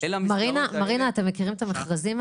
אני רוצה להקריא לכם כמה, באמת היילייטס.